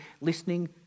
listening